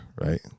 right